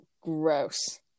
gross